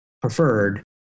preferred